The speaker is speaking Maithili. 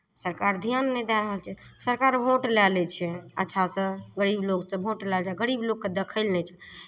सरकार धियान नहि दए रहल छै सरकार भोट लऽ लै छै अच्छासँ गरीब लोकसँ भोट लऽ लै छै गरीब लोककेँ देखय लए नहि छै